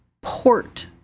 port